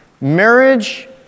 Marriage